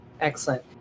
Excellent